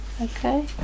okay